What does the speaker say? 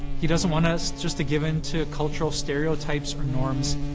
he doesn't want us just to give in to cultural stereotypes or norms.